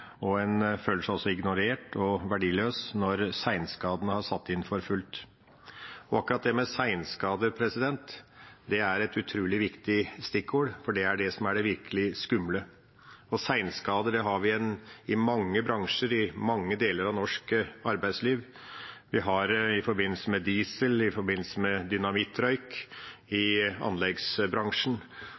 helse. En føler seg ignorert og verdiløs når senskadene har satt inn for fullt. Akkurat senskader er et utrolig viktig stikkord, for det er det som er det virkelig skumle. Senskader har vi i mange bransjer i mange deler av norsk arbeidsliv, bl.a. i forbindelse med diesel og dynamittrøyk i anleggsbransjen,